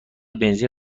بنزین